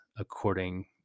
according